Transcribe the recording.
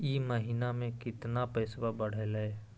ई महीना मे कतना पैसवा बढ़लेया?